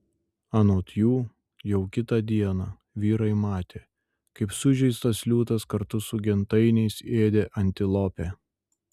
anot jų jau kitą dieną vyrai matė kaip sužeistas liūtas kartu su gentainiais ėdė antilopę